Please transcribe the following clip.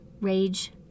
rage